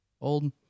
old